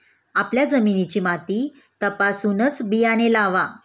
आपल्या जमिनीची माती तपासूनच बियाणे लावा